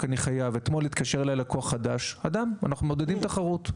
כי אני חייב: אתמול התקשר אליי לקוח חדש שרוצה לבצע,